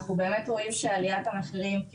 אנחנו באמת רואים שעליית המחירים היא